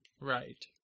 Right